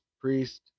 priest